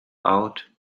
out